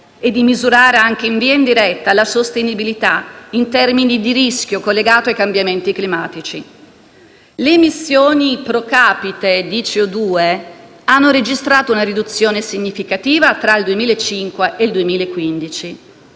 e di misurare, anche in via indiretta, la sostenibilità in termini di rischio collegato ai cambiamenti climatici. Le emissioni *pro capite* di CO2 hanno registrato una riduzione significativa tra il 2005 e il 2015,